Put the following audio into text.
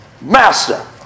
master